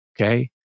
okay